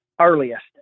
earliest